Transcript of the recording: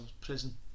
prison